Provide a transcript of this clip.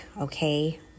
okay